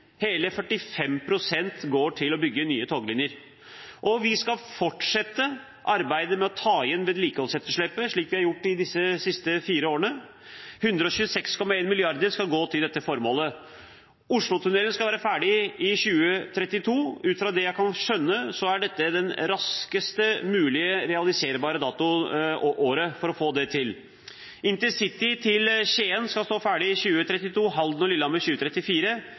Hele 45 pst. går til å bygge nye toglinjer. Vi skal fortsette arbeidet med å ta igjen vedlikeholdsetterslepet, slik vi har gjort de siste fire årene. 126,1 mrd. kr skal gå til dette formålet. Oslotunnelen skal være ferdig i 2032. Ut fra det jeg kan skjønne, er dette det raskest mulig realiserbare året for å kunne få det til. Intercity til Skien skal stå ferdig i 2032, Halden og Lillehammer i 2034,